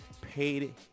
paid